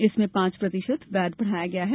इसमें पांच प्रतिशत वेट बढ़ाया गया है